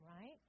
right